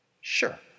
Sure